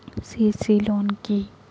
CC loan কি?